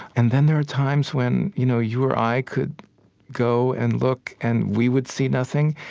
and then there are times when you know you or i could go and look and we would see nothing,